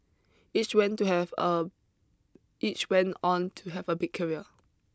each went to have a each went on to have a big career